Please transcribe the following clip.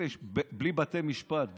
בלי בתי משפט,